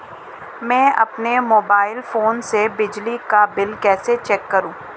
मैं अपने mobile phone से बिजली का बिल कैसे चेक करूं?